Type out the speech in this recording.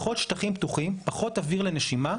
פחות שטחים פתוחים, פחות אוויר לנשימה,